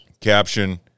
caption